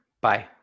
Bye